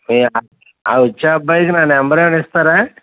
మీ ఆ వచ్చే అబ్బాయికి నా నంబర్ ఏమైనా ఇస్తారా